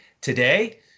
today